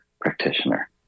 practitioner